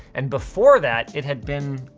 and before that, it had been,